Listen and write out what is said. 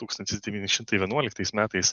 tūkstantis devyni šimtai vienuoliktais metais